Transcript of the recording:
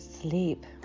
sleep